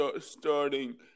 starting